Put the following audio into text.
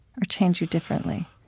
or change you differently?